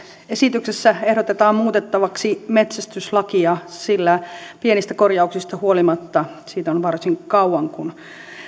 esityksessä ehdotetaan muutettavaksi metsästyslakia pienistä korjauksista huolimatta siitä on varsin kauan kun